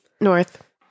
North